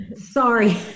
sorry